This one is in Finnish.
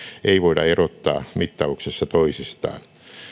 ei voida erottaa mittauksessa toisistaan